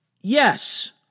Yes